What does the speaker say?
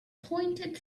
pointed